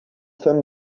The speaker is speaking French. femmes